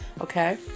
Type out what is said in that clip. okay